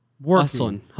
working